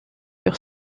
sur